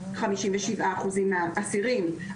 57 אחוזים מהאסירים,